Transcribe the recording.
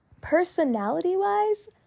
Personality-wise